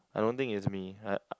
I don't think it's me I